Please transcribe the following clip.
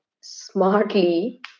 smartly